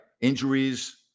Injuries